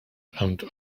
and